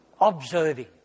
Observing